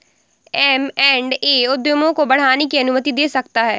M and A उद्यमों को बढ़ाने की अनुमति दे सकता है